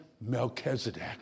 Melchizedek